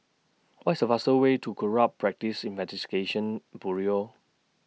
What IS The fastest Way to Corrupt Practices Investigation Bureau